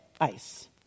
ice